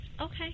Okay